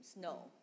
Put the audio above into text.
No